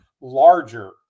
larger